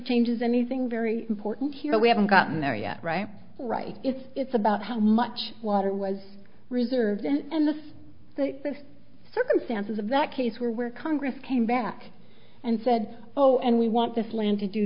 changes anything very important here we haven't gotten there yet right right it's it's about how much water was reserved and the circumstances of that case were where congress came back and said oh and we want this land to do